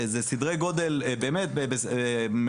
זה סדרי גודל מאוד גדולים.